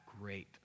great